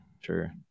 sure